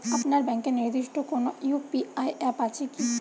আপনার ব্যাংকের নির্দিষ্ট কোনো ইউ.পি.আই অ্যাপ আছে আছে কি?